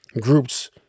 groups